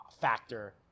factor